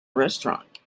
restaurant